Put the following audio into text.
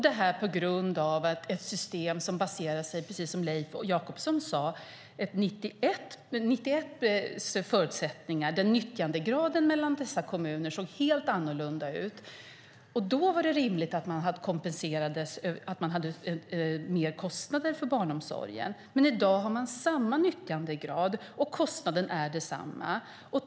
Det beror på ett system som baserar sig på, precis som Leif Jakobsson sade, 1991 års förutsättningar, när nyttjandegraden mellan dessa kommuner såg helt annorlunda ut. Då var det rimligt att man hade mer kostnader för barnomsorgen. Men i dag har man samma nyttjandegrad och kostnaden är densamma.